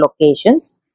locations